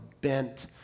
bent